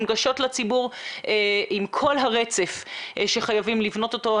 מונגשות לציבור עם כל הרצף שחייבים לבנות אותו .